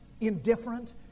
indifferent